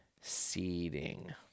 seeding